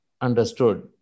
understood